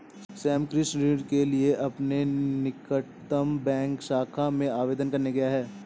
श्याम कृषि ऋण के लिए अपने निकटतम बैंक शाखा में आवेदन करने गया है